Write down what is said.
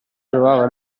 trovava